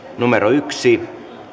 yksi